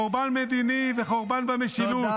חורבן מדיני וחורבן במשילות.